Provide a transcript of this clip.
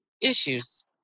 issues